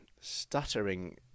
stuttering